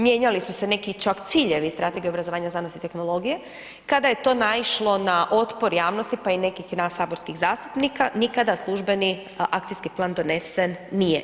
Mijenjali su se neki čak ciljevi strategije obrazovanja, znanosti i tehnologije, kada je to naišlo na otpor javnosti, pa i nekih nas saborskih zastupnika, nikada službeni akcijski plan donesen nije.